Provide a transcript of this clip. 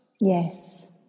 yes